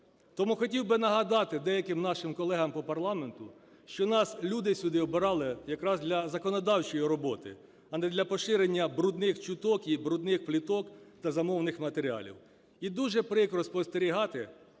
Тому хотів би нагадати деяким нашим колегам по парламенту, що нас люди сюди обирали якраз для законодавчої роботи, а не для поширення брудних чуток і брудних пліток та замовних матеріалів. І дуже прикро спостерігати,